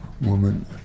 woman